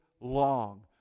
long